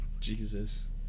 Jesus